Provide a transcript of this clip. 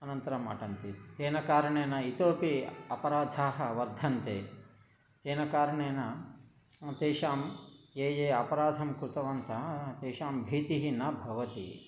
अनन्तरम् अटन्ति तेन कारणेन इतोपि अपराधाः वर्धन्ते तेन कारणेन तेषां ये ये अपराधं कृतवन्तः तेषां भीतिः न भवति